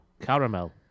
Caramel